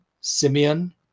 Simeon